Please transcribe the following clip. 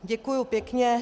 Děkuji pěkně.